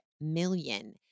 million